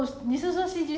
mm